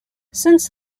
since